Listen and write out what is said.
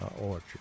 orchard